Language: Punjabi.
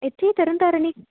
ਇੱਥੇ ਹੀ ਤਰਨ ਤਾਰਨ ਹੀ